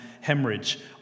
hemorrhage